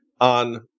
on